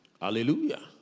Hallelujah